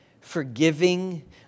forgiving